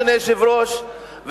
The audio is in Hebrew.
אדוני היושב-ראש,